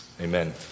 Amen